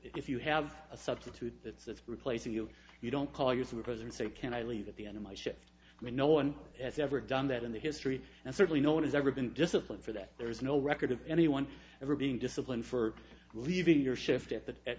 if you have a substitute that's of replacing you you don't call you president say can i leave at the end of my shift no one has ever done that in the history and certainly no one has ever been disciplined for that there's no record of anyone ever being disciplined for leaving your shift at the at